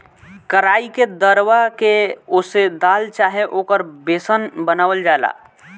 कराई के दरवा के ओसे दाल चाहे ओकर बेसन बनावल जाला